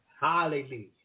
Hallelujah